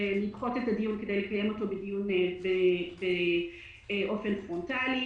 לדחות את הדיון כדי לקיים אותו באופן פרונטלי.